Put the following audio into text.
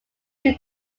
due